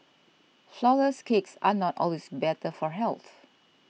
Flourless Cakes are not always better for health